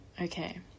okay